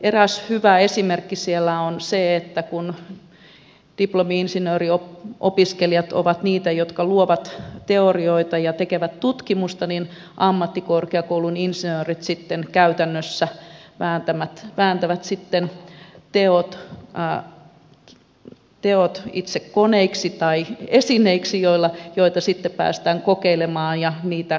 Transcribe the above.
eräs hyvä esimerkki siellä on se että kun diplomi insinööriopiskelijat ovat niitä jotka luovat teorioita ja tekevät tutkimusta niin ammattikorkeakoulun insinöörit sitten käytännössä vääntävät teot itse koneiksi tai esineiksi joita sitten päästään kokeilemaan ja kehittämään